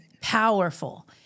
powerful